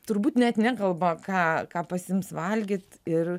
turbūt net nekalba ką ką pasiims valgyt ir